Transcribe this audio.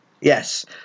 yes